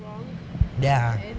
ya